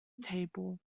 table